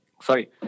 sorry